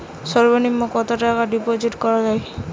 সর্ব নিম্ন কতটাকা ডিপোজিট করা য়ায়?